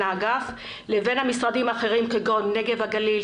האגף ובין המשרדים האחרים כמו נגב וגליל,